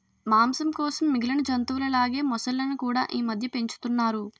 మాంసం కోసం మిగిలిన జంతువుల లాగే మొసళ్ళును కూడా ఈమధ్య పెంచుతున్నారు